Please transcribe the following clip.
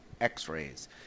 x-rays